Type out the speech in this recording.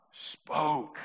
spoke